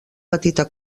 petita